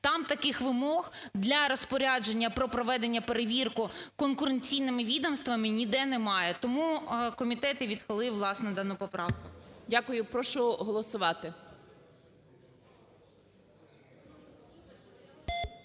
там таких вимог для розпорядження про проведення перевірки конкуренційними відомствами ніде немає. Тому комітет відхилив, власне, дану поправку. ГОЛОВУЮЧИЙ. Дякую. Прошу голосувати.